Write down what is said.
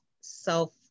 self